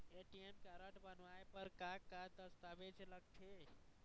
ATM card बनवाए बर का का दस्तावेज लगथे?